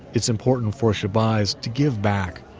it's important for shabazz to give back.